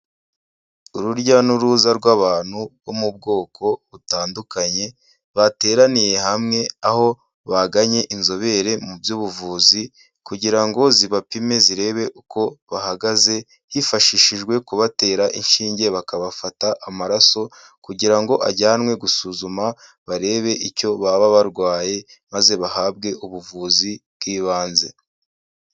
Urujya n'uruza rw'abantu bo mu bwoko butandukanye bateraniye hamwe, aho baganye inzobere mu by'ubuvuzi kugira ngo zibapime zirebe uko bahagaze, hifashishijwe kubatera inshinge bakabafata amaraso kugira ngo ajyanwe gusuzuma barebe icyo baba barwaye maze bahabwe ubuvuzi bw'ibanze.